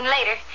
Later